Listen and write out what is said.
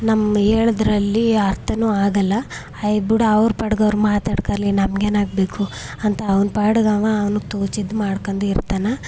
ನಮ್ಮ ಹೇಳಿದ್ರಲ್ಲಿ ಅರ್ಥನೂ ಆಗಲ್ಲ ಏ ಬುಡು ಅವ್ರ ಪಾಡಿಗವ್ರು ಮಾತಾಡ್ಕಲಿ ನಮಗೇನಾಗ್ಬೇಕು ಅಂತ ಅವ್ನ ಪಾಡಿಗೆ ಅವ ಅವ್ನುಗೆ ತೋಚಿದ್ದು ಮಾಡ್ಕೊಂಡೇ ಇರ್ತಾನೆ